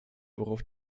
worauf